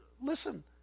listen